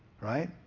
Right